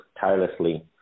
tirelessly